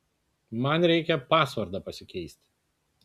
man reikia pasvordą pasikeist